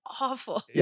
awful